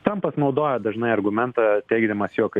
trampas naudoja dažnai argumentą teigdamas jog